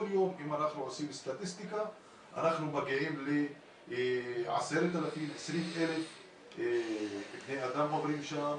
אם עושים סטטיסטיקה אנחנו מגיעים ל-10,000 20,000 בני אדם שעוברים שם.